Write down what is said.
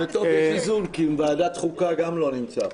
זה טוב לאיזון, כי מוועדת החוקה גם לא נמצא פה.